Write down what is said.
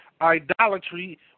idolatry